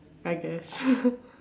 I guess